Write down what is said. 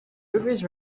rivers